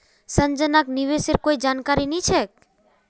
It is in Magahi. संजनाक निवेशेर कोई जानकारी नी छेक